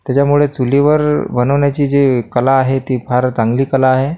त्याच्यामुळे चुलीवर बनवण्याची जी कला आहे ती फारच चांगली कला आहे